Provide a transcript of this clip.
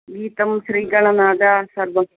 गीतं श्रीकळनादा सर्वम्